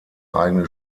eigene